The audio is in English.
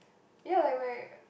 ya like my